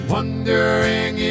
Wondering